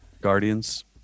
Guardians